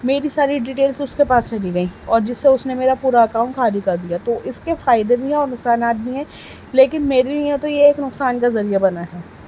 میری ساری ڈیٹیلس اس کے پاس چلی گئیں اور جس سے اس نے میرا پورا اکاؤنٹ خالی کر دیا تو اس کے فائدے بھی ہیں نقصانات بھی ہیں لیکن میرے لیے تو یہ ایک نقصان کا ذریعہ بنا ہے